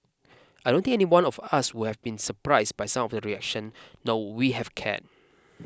I don't think anyone of us would have been surprised by some of the reaction nor we have cared